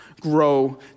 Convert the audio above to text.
grow